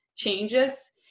changes